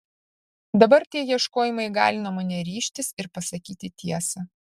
dabar tie ieškojimai įgalino mane ryžtis ir pasakyti tiesą